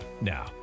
Now